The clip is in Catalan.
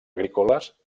agrícoles